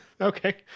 Okay